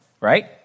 right